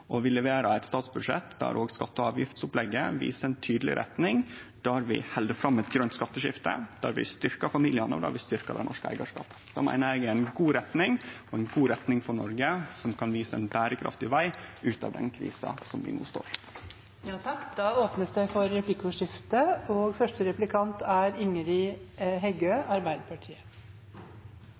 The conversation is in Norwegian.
og vi leverer eit statsbudsjett der òg skatte- og avgiftsopplegget viser ei tydeleg retning der vi held fram med eit grønt skatteskifte, der vi styrkjer familiane, og der vi styrkjer det norske eigarskapet. Det meiner eg er ei god retning – og ei god retning for Noreg – som kan vise ein berekraftig veg ut av en krisa vi no står i. Det blir replikkordskifte. Vanlege folk har fått mindre å rutta med under høgreregjeringa, som Kristeleg Folkeparti er